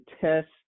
test